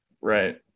Right